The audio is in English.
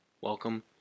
Welcome